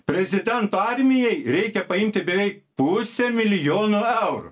prezidento armijai reikia paimti beveik pusę milijono eurų